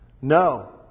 No